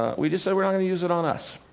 ah we just said, we're not going to use it on us.